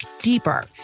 deeper